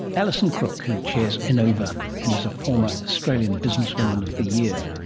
alison crook, who chairs enova and is a former australian businesswoman of the year,